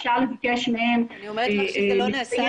אפשר לבקש מהן לציין.